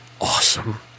Awesome